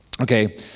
Okay